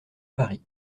paris